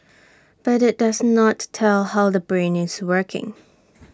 but IT does not tell how the brain is working